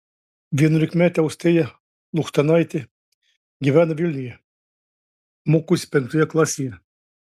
vienuolikmetė austėja luchtanaitė gyvena vilniuje mokosi penktoje klasėje